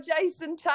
Jason